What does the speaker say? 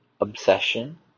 obsession